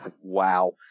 Wow